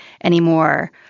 anymore